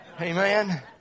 Amen